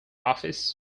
office